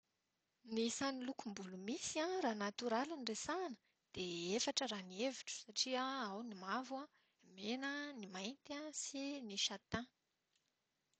Ny isan'ny lokom-bolo misy, raha natoraly no resahana, dia efatra raha ny hevitro satria an ao ny mavo, mena, mainty, sy "chataîn".